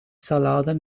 salade